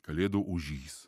kalėdų ožys